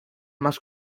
más